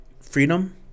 Freedom